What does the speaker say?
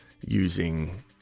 using